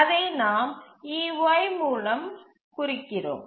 அதை நாம் ey மூலம் குறிக்கிறோம்